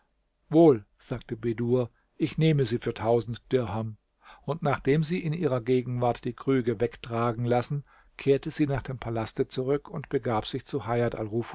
wohl sagte bedur ich nehme sie für tausend dirham und nachdem sie in ihrer gegenwart die krüge wegtragen lassen kehrte sie nach dem palaste zurück und begab sich zu